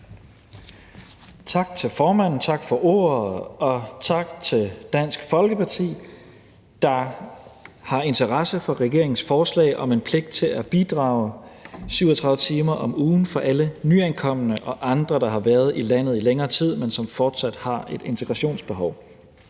(Mattias Tesfaye): Tak for ordet, og tak til Dansk Folkeparti, der har interesse for regeringens forslag om en pligt til at bidrage 37 timer om uge for alle nyankomne og andre, der har været i landet i længere tid, men som fortsat har et integrationsbehov.